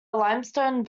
limestone